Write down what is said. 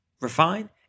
refine